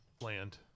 land